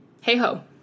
Hey-ho